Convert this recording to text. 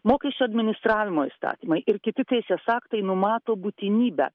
mokesčių administravimo įstatymai ir kiti teisės aktai numato būtinybę